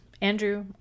Andrew